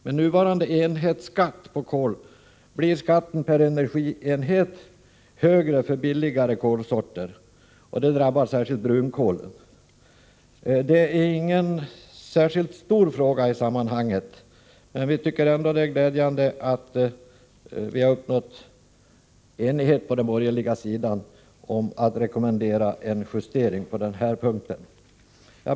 Med nuvarande enhetsskatt på kol blir skatten per energienhet högre för billigare kolsorter. Detta drabbar särskilt brunkolet. Det är ingen särskilt stor fråga i sammanhanget, men det är ändå glädjande att vi har uppnått enighet på den borgerliga sidan om att rekommendera en justering på denna punkt.